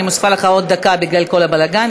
אני מוסיפה לך עוד דקה בגלל כל הבלגן.